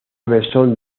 versión